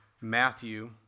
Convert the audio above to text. Matthew